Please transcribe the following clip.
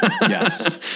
Yes